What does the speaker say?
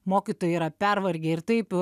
mokytojai yra pervargę ir taip